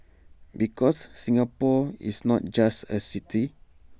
because Singapore is not just A city